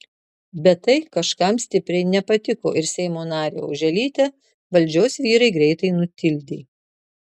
bet tai kažkam stipriai nepatiko ir seimo narę oželytę valdžios vyrai greitai nutildė